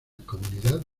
comunidad